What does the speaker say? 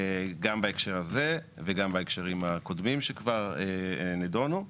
גם בהקשר הזה, וגם בהקשרים הקודמים שכבר נידונו.